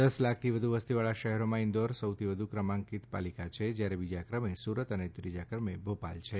દસ લાખથી વધુ વસતીવાળા શહેરોમાં ઈન્દોર સૌથી વધુ ક્રમાંકિત પાલિકા છે જયારે બીજા ક્રમે સુરત અને ત્રીજા ક્રમે ભોપાલ છે